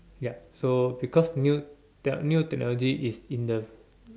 ya so because new they are new technology is in the